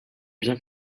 bien